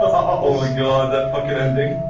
ah oh my god that fucking ending